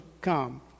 come